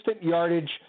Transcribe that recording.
yardage